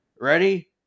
ready